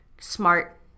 smart